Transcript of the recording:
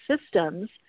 systems